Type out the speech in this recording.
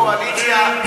יש בקואליציה.